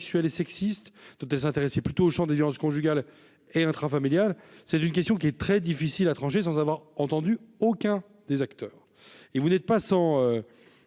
sexuelles et sexistes plutôt au des violences conjugales et intrafamiliales, c'est une question qui est très difficile à trancher, sans avoir entendu aucun des acteurs et vous n'êtes pas sans